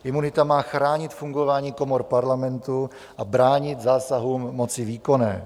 Imunita má chránit fungování komor parlamentu a bránit zásahům moci výkonné.